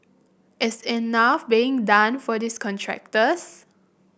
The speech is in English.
is enough being done for these contractors